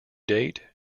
date